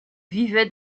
vivaient